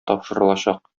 тапшырылачак